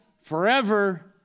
forever